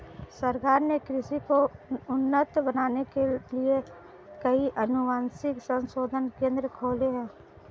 सरकार ने कृषि को उन्नत बनाने के लिए कई अनुवांशिक संशोधन केंद्र खोले हैं